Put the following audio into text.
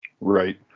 Right